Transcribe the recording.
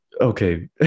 Okay